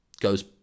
goes